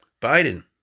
Biden